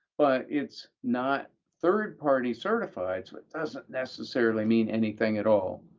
but it's not third-party certified, so it doesn't necessarily mean anything at all.